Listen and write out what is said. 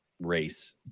race